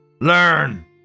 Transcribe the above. Learn